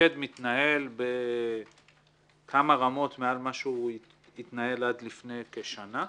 המוקד מתנהל בכמה רמות מעל מה שהוא התנהל עד לפני כשנה.